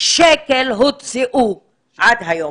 שקל הוצאו עד היום.